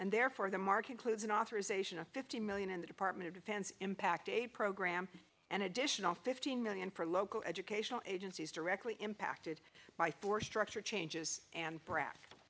and therefore the mark includes an authorization of fifty million in the department of defense impact a program an additional fifteen million for local education agencies directly impacted by force structure changes and br